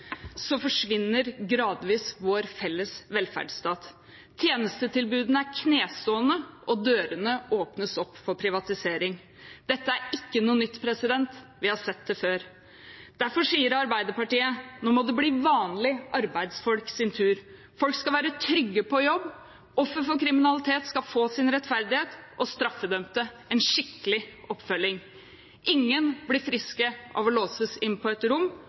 forsvinner gradvis vår felles velferdsstat. Tjenestetilbudene er i knestående, og dørene åpnes opp for privatisering. Dette er ikke noe nytt, vi har sett det før. Derfor sier Arbeiderpartiet: Nå må det bli vanlige arbeidsfolks tur. Folk skal være trygge på jobb, offer for kriminalitet skal få sin rettferdighet og straffedømte en skikkelig oppfølging. Ingen blir friske av å låses inn på et rom,